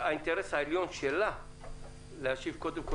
האינטרס העליון שלה הוא להשיב קודם כול